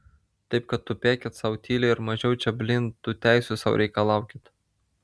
taip kad tupėkit sau tyliai ir mažiau čia blyn tų teisių sau reikalaukit